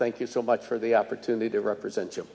thank you so much for the opportunity to represent you